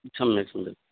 सम्यक् सम्यक्